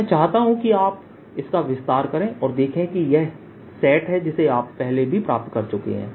मैं चाहता हूं कि आप इसका विस्तार करें और देखें कि यह सेट है जिसे आप पहले भी प्राप्त कर चुके हैं